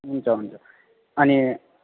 हुन्छ हुन्छ अनि